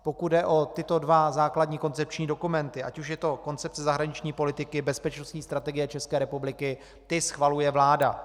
Pokud jde o tyto dva základní koncepční dokumenty, ať už je to Koncepce zahraniční politiky, Bezpečnostní strategie České republiky, ty schvaluje vláda.